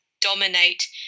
dominate